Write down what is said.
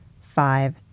five